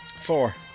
Four